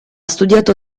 studiato